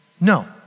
No